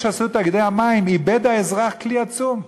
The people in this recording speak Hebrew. במסגרת ההסכמים הקואליציוניים,